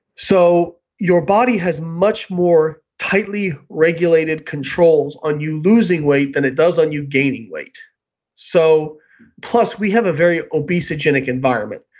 so your body has much more tightly regulated controls on you losing weight than it does on you gaining weight so plus, we have a very obesogenic environment.